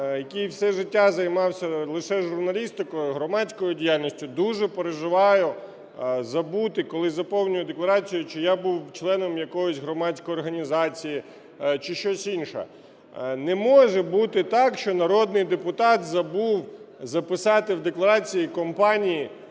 який все життя займався лише журналістикою, громадською діяльністю, дуже переживаю забути, коли заповнюю декларацію, чи я був членом якоїсь громадської організації чи щось інше. Не може бути так, що народний депутат забув записати в декларації компанії,